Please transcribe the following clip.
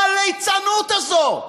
מה הליצנות הזאת?